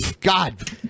god